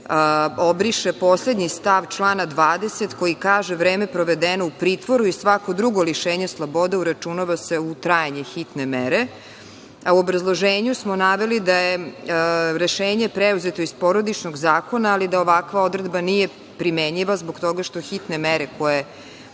obriše poslednji stav člana 20, koji kaže – vreme provedeno u pritvoru i svako drugo lišenje slobode uračunava se u trajanje hitne mere. U obrazloženju smo naveli da je rešenje preuzeto iz Porodičnog zakona, ali da ovakva odredba nije primenjiva, zbog toga što hitne mere koje